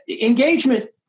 engagement